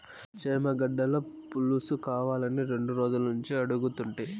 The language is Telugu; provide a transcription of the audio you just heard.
చేమగడ్డల పులుసుకావాలని రెండు రోజులనుంచి అడుగుతుంటి